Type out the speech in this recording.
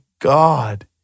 God